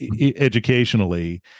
educationally